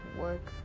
work